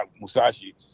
Musashi